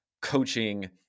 coaching